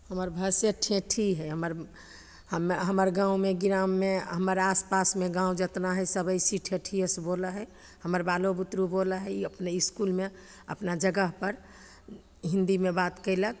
हमर भाषा ठेठी हइ हमर हम्मे हमर गाँवमे ग्राममे हमर आसपासमे गाँव जेतना हइ सब ऐसेही ठेठिये से बोलऽ हइ हमर बालो बुतरू बोलऽ हइ ई अपने इसकुलमे अपना जगहपर हिन्दीमे बात कयलक